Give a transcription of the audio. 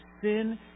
sin